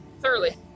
thoroughly